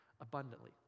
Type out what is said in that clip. abundantly